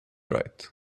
right